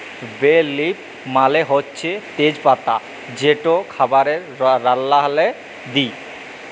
বে লিফ মালে হছে তেজ পাতা যেট খাবারে রাল্লাল্লে দিই